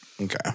Okay